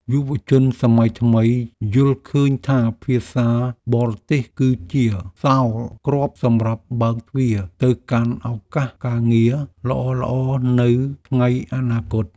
យុវជនសម័យថ្មីយល់ឃើញថាភាសាបរទេសគឺជាសោរគ្រាប់សម្រាប់បើកទ្វារទៅកាន់ឱកាសការងារល្អៗនៅថ្ងៃអនាគត។